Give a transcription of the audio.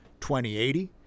2080